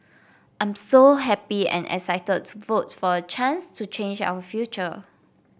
I'm so happy and excited to vote for a chance to change our future